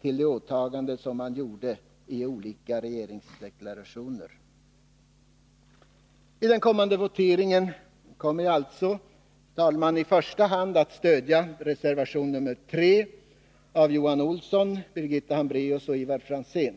till det åtagande man gjort i olika regeringsdeklarationer. I den kommande voteringen kommer jag alltså, herr talman, i första hand att stödja reservation nr 3 av Johan Olsson, Birgitta Hambraeus och Ivar Franzén.